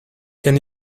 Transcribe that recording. can